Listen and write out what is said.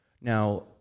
Now